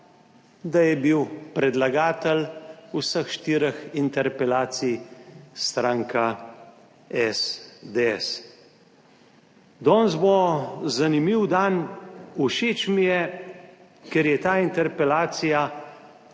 Da je bil predlagatelj vseh štirih interpelacij stranka SDS. Danes bo zanimiv dan. Všeč mi je, ker je ta interpelacija